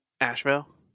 Asheville